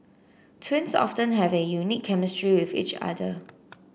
twins often have a unique chemistry with each other